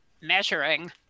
measuring